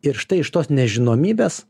ir štai iš tos nežinomybės